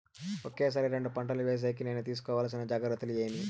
ఒకే సారి రెండు పంటలు వేసేకి నేను తీసుకోవాల్సిన జాగ్రత్తలు ఏమి?